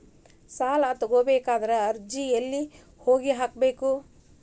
ಸಾಲ ತಗೋಬೇಕಾದ್ರೆ ಅರ್ಜಿ ಎಲ್ಲಿ ಹೋಗಿ ಹಾಕಬೇಕು?